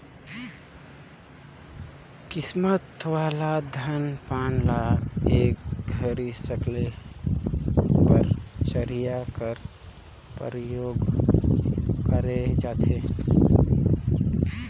मिसावल धान पान ल एक घरी सकेले बर चरहिया कर परियोग करल जाथे